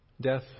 death